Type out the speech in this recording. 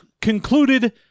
concluded